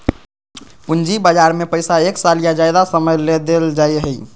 पूंजी बजार में पैसा एक साल या ज्यादे समय ले देल जाय हइ